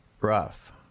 rough